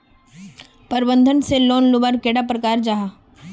प्रबंधन से लोन लुबार कैडा प्रकारेर जाहा?